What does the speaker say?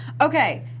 Okay